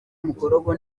mukorogo